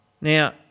Now